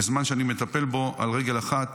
בזמן שאני מטפל בו על רגל אחת